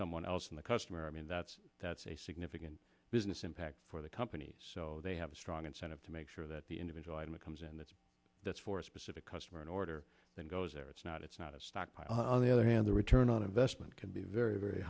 someone else in the customer i mean that's that's a significant business impact for the company so they have a strong incentive to make sure that the individual item comes in that that's for a specific customer in order that goes there it's not it's not it's not on the other hand the return on investment can be very very